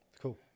Cool